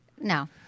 No